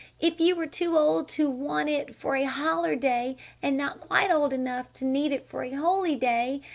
if you were too old to want it for a holler day and not quite old enough to need it for a holy day.